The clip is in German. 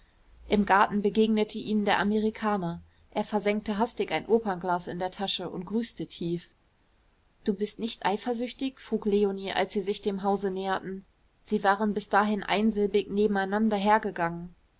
im garten begegnete ihnen der amerikaner er versenkte hastig ein opernglas in der tasche und grüßte tief du bist nicht eifersüchtig frug leonie als sie sich dem hause näherten sie waren bis dahin einsilbig nebeneinander hergegangen